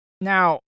Now